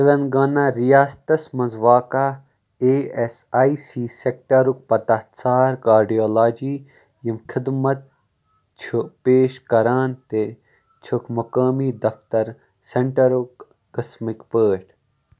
تیلنگانہ ریاستس مَنٛز واقع اے ایس آی سی سیکٹرُک پتہ ژھار کاڈیولاجی یِم خدمت چھُ پیش کران تہِ چھُکھ مُقٲمی دفتر سینٹرُک قٕسمٕکۍ پٲٹھۍ